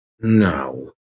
No